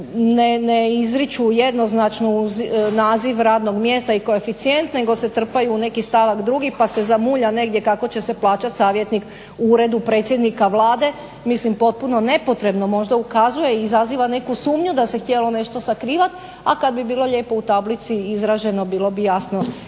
ne izriču jednoznačno uz naziv radnog mjesta i koeficijent nego se trpaju u neki stavak drugi pa se zamulja negdje kako će se plaćati savjetnik u uredu predsjednika Vlade, mislim potpuno nepotrebno, možda ukazuje i izaziva neku sumnju da se htjelo nešto sakrivati, a kada bi bilo lijepo u tablici izraženo bilo bi jasno